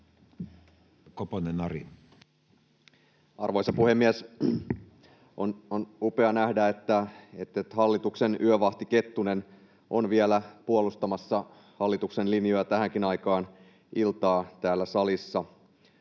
Arvoisa puhemies! On upea nähdä, että hallituksen yövahti Kettunen on vielä puolustamassa hallituksen linjoja tähänkin aikaan iltaa täällä salissa.